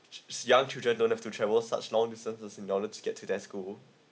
young children don't have to travel such long distances in order to get to that school